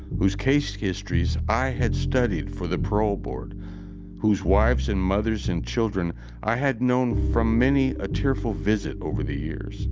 whose case histories i had studied for the parole board whose wives and mothers and children i had known from many a tearful visit over the years